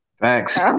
Thanks